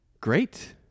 great